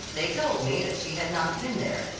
they told me that she had not been there,